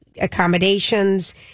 accommodations